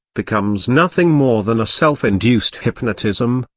becomes nothing more than a self-induced hypnotism,